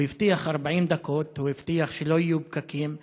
הוא הבטיח 40 דקות, הוא הבטיח שלא יהיו פקקים.